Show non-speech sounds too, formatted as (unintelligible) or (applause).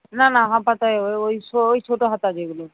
না না হাফ হাতা ওই (unintelligible) ওই ছোটো হাতা যেগুলো